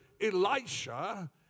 Elisha